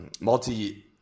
Multi